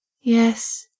Yes